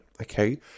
Okay